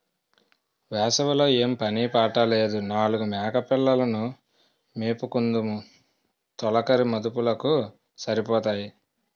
వేసవి లో ఏం పని పాట లేదు నాలుగు మేకపిల్లలు ను మేపుకుందుము తొలకరి మదుపులకు సరిపోతాయి